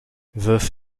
veuf